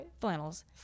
Flannels